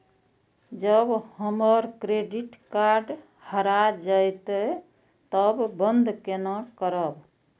जब हमर credit card हरा जयते तब बंद केना करब?